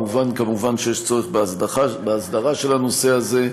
מובן שיש צורך בהסדרה של הנושא הזה,